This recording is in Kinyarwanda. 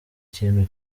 kintu